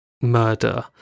murder